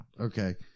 Okay